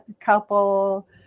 couple